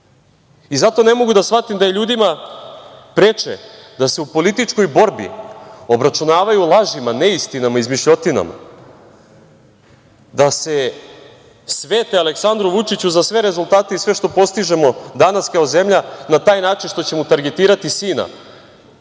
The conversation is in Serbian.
i zato ne mogu da shvatim da je ljudima preče da se u političkoj borbi obračunavaju o lažima, neistinama, izmišljotinama, da se svete Aleksandru Vučiću za sve rezultate i sve što postižemo danas kao zemlja, na taj način što će mu targetirati sina,